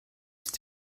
ist